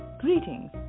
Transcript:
Greetings